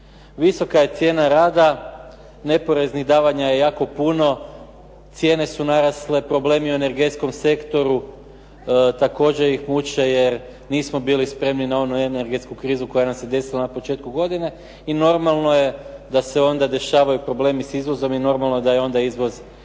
Visoka je cijena rada, neporeznih davanja je jako puno, cijene su narasle, problemi u energetskom sektoru, također ih muče, jer nismo bili spremni na onu energetsku krizu koja nam se desila na početku godine, i normalno je da se onda dešavaju problemi sa izvozom i normalno je da je onda izvoz manji